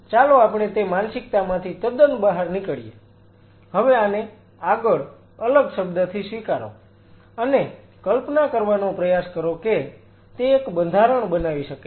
ચાલો આપણે તે માનસિકતામાંથી તદન બહાર નીકળીએ હવે આને આગળ અલગ શબ્દથી સ્વીકારો અને કલ્પના કરવાનો પ્રયાસ કરો કે તે એક બંધારણ બનાવી શકે છે